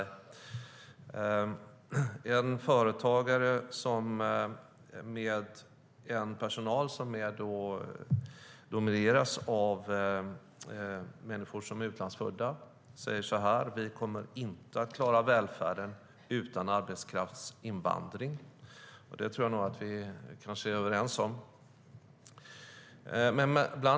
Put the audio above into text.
En företagare med personal som domineras av människor som är utlandsfödda säger: "Vi kommer inte att klara välfärden utan arbetskraftsinvandring." Det tror jag att vi kanske är överens om.